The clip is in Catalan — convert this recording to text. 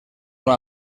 una